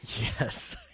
Yes